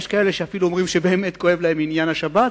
יש כאלה שאפילו אומרים שבאמת כואב להם עניין השבת,